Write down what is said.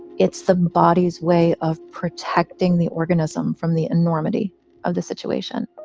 it's the body's way of protecting the organism from the enormity of the situation